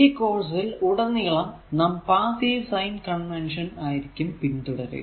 ഈ കോഴ്സിൽ ഉടനീളം നാം പാസ്സീവ് സൈൻ കൺവെൻഷൻ ആയിരിക്കും പിന്തുടരുക